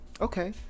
Okay